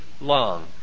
long